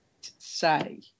say